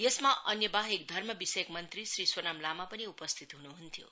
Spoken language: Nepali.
यसमा अन्यबाहेक धर्म विषयक मंत्री श्री सोनाम लामा पनि उपस्थित हुनुहुन्थ्यो